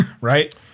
right